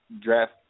draft